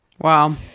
Wow